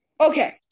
Okay